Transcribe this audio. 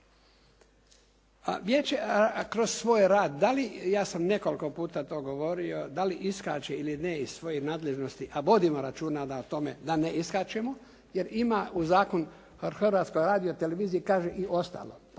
Vijeće kroz svoj rad, dali ja sam nekoliko puta to govorio, dali iskače ili ne iz svojih nadležnosti, a vodimo računa o tome da ne iskačemo jer ima zakon o Hrvatskoj radioteleviziji i kaže